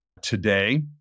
today